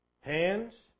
hands